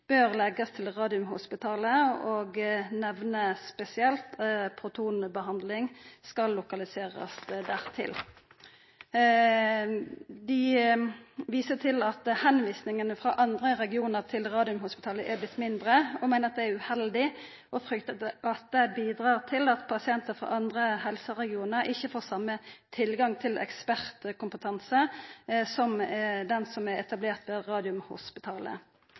bør leggjast til Radiumhospitalet og nemner spesielt at protonbehandling skal lokaliserast dertil. Dei viser til at tilvisingane frå andre regionar til Radiumhospitalet har vorte færre. Dei meiner det er uheldig og fryktar at det bidreg til at pasientar frå andre helseregionar ikkje får same tilgang til ekspertkompetanse som den som er etablert